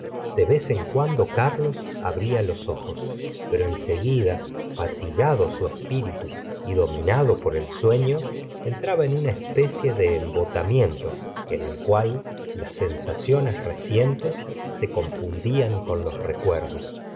de vez en cuando carlos cm la señora de bovary abría los ojos pero en seguida fatigado su espíritu y dominado por el sueño entraba en una especie de embotamiento en el cual las sensaciones recientes se confundían con los recuerdos